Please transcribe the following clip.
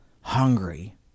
Hungry